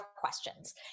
questions